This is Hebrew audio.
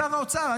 שר האוצר,